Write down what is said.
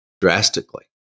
drastically